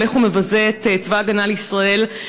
שהולך ומבזה את צבא ההגנה לישראל,